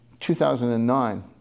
2009